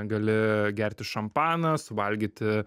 gali gerti šampaną suvalgyti